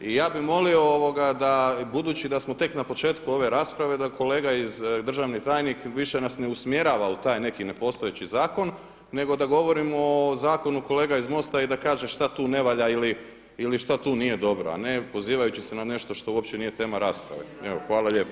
I ja bih molio, budući da smo tek na početku ove rasprave da kolega, državni tajnik više nas ne usmjerava u taj neki nepostojeći zakon nego da govorimo o zakonu kolega iz MOST-a i da kaže šta tu ne valja ili šta tu nije dobro a ne pozivajući se na nešto što uopće nije tema rasprave.